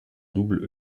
double